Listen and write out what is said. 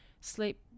sleep